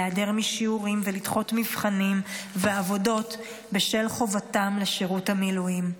להיעדר משיעורים ולדחות מבחנים ועבודות בשל חובתם לשירות המילואים.